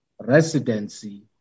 residency